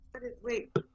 Wait